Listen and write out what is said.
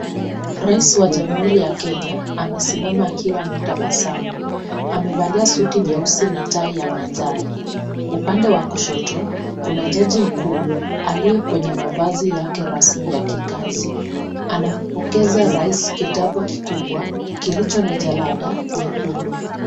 Rais wa jamhuri wa Kenya amesimama akiwa ametabasamu, amevalia suti nyeusi na tai ya manjano. Upande wa kushoto kuna jaji mkuu aliye kwenye mavazi yake rasmi ya kikazi, anampokeza Rais kitabu kikubwa kilicho na jalada nyekundu.